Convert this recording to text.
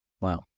Wow